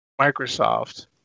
Microsoft